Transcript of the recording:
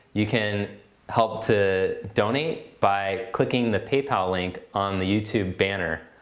you can help to donate by clicking the paypal link on the youtube banner